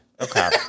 Okay